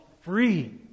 free